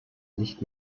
nicht